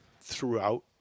throughout